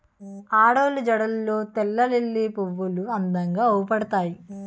ఆడోళ్ళు జడల్లో తెల్లలిల్లి పువ్వులు అందంగా అవుపడతాయి